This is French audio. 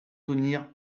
tenir